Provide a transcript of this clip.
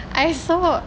I saw